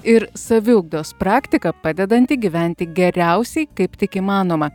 ir saviugdos praktika padedanti gyventi geriausiai kaip tik įmanoma